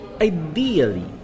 ideally